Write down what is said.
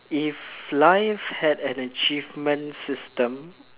if life had an achievement system